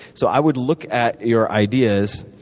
so i would look at your ideas,